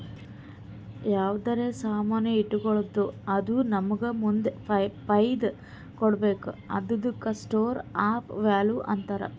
ಯಾವ್ದರೆ ಸಾಮಾನ್ ಇಟ್ಗೋಳದ್ದು ಅದು ನಮ್ಮೂಗ ಮುಂದ್ ಫೈದಾ ಕೊಡ್ಬೇಕ್ ಹಂತಾದುಕ್ಕ ಸ್ಟೋರ್ ಆಫ್ ವ್ಯಾಲೂ ಅಂತಾರ್